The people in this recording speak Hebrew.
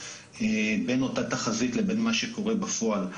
בין אותה תחזית לבין מה שקורה בפועל,